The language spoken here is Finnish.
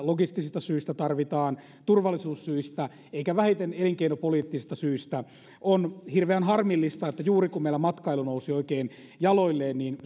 logistisista syistä turvallisuussyistä eikä vähiten elinkeinopoliittista syistä on hirveän harmillista että juuri kun meillä matkailu nousi oikein jaloilleen niin